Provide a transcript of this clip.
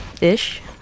Ish